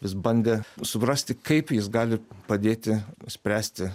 vis bandė suprasti kaip jis gali padėti spręsti